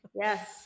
Yes